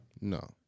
No